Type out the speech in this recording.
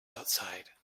outside